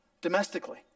Domestically